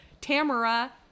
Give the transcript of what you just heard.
Tamara